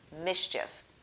mischief